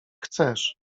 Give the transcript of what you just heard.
chcesz